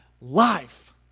Life